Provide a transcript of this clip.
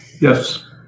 Yes